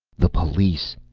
the police!